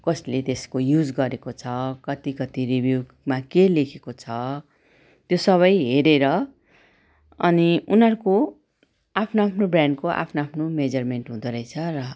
कसले त्यसको युज गरेको छ कति कति रिभ्यूमा के लेखेको छ त्यो सबै हेरेर अनि उनीहरूको आफ्नो आफ्नो ब्रान्डको आफ्नो आफ्नो मेजरमेन्ट हुँदोरहेछ र